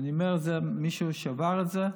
ואני אומר זה כמישהו שעבר את זה.